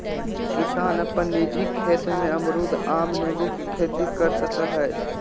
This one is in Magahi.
किसान अपन निजी खेत में अमरूद, आम, नींबू के खेती कर सकय हइ